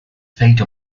fate